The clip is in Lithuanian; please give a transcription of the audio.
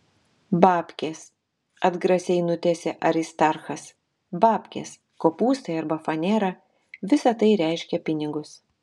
babkės atgrasiai nutęsė aristarchas babkės kopūstai arba fanera visa tai reiškia pinigus